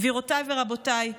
גבירותיי ורבותיי,